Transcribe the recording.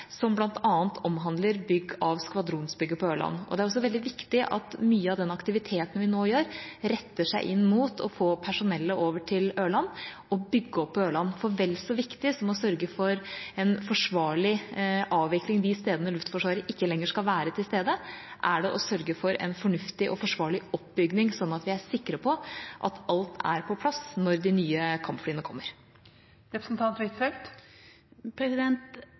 som bl.a. omhandler bygg av skvadronsbygget på Ørland. Det er også veldig viktig at mye av den aktiviteten vi nå har, retter seg inn mot å få personellet over til Ørland og bygge opp Ørland. For vel så viktig som å sørge for en forsvarlig avvikling de stedene Luftforsvaret ikke lenger skal være til stede, er det å sørge for en fornuftig og forsvarlig oppbygging, sånn at vi er sikre på at alt er på plass når de nye kampflyene